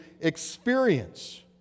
experience